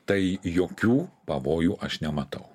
tai jokių pavojų aš nematau